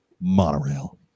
Monorail